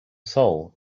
soul